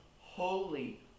Holy